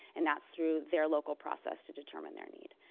and that's through their local process to determine their need.